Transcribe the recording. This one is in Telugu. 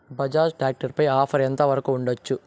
బజాజ్ టాక్టర్ పై ఆఫర్ ఎంత వరకు ఉండచ్చు?